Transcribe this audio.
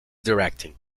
directing